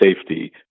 safety